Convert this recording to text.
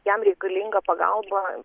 jam reikalinga pagalba